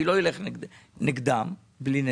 אני לא אלך נגדם, בלי נדר.